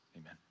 Amen